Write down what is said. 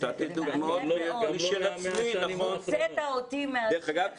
נתתי דוגמאות --- דרך אגב,